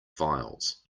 files